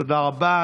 תודה רבה.